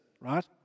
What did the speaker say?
right